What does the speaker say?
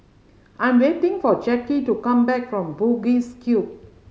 I am waiting for Jackie to come back from Bugis Cube